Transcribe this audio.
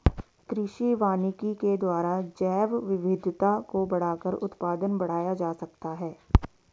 कृषि वानिकी के द्वारा जैवविविधता को बढ़ाकर उत्पादन बढ़ाया जा सकता है